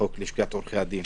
לחוק לשכת עורכי הדין.